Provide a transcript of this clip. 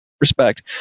respect